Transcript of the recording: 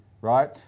right